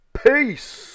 peace